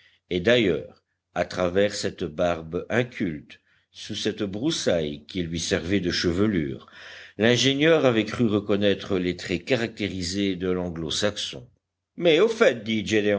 et d'ailleurs à travers cette barbe inculte sous cette broussaille qui lui servait de chevelure l'ingénieur avait cru reconnaître les traits caractérisés de langlo saxon mais au fait dit